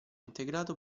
integrato